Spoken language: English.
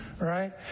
right